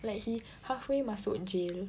like he halfway masuk jail